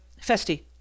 Festi